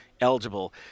eligible